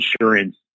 insurance